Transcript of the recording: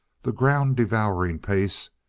the ground-devouring pace,